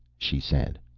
she said.